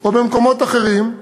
או במקומות אחרים,